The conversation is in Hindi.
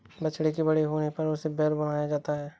बछड़े के बड़े होने पर उसे बैल बनाया जाता है